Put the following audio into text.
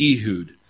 Ehud